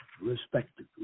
respectively